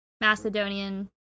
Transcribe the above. Macedonian